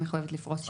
מחויבת לפרוס שם.